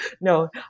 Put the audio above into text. No